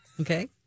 Okay